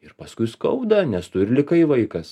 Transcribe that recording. ir paskui skauda nes tu ir likai vaikas